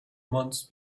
months